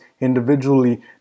individually